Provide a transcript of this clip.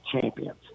champions